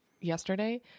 yesterday